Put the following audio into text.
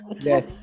Yes